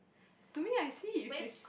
to me I see if you